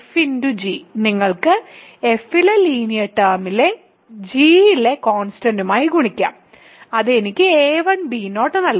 g നിങ്ങൾക്ക് f ലെ linear ടേമിനെ g ലെ കോൺസ്റ്റന്റ്മായി ഗുണിക്കാം അത് എനിക്ക് a1b0 നൽകും